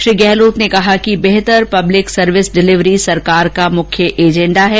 उन्होंने कहा बेहतर पब्लिक सर्विस डिलीवरी सरकार का मुख्य एजेण्डा है